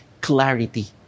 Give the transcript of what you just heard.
clarity